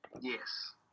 yes